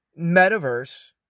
metaverse